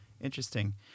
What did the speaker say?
Interesting